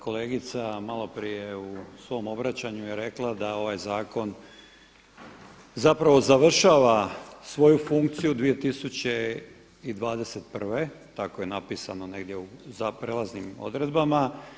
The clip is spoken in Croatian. Kolegica malo prije u svom obraćanju je rekla da ova zakon zapravo završava svoju funkciju 2021., tako je napisano negdje u prijelaznim odredbama.